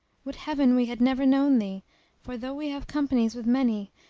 would heaven we had never known thee for, though we have companies with many,